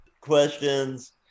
questions